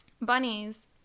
bunnies